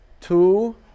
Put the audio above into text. Two